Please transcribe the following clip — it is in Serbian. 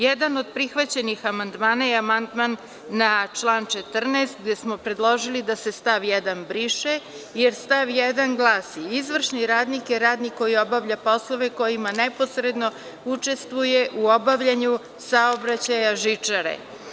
Jedan od prihvaćenih amandmana je amandman na član 14, gde smo predložili da se stav 1. briše, jer stav 1. glasi – izvršni radnik je radnik koji obavlja poslove kojima neposredno učestvuje u obavljanju saobraćaja žičare.